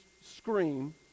scream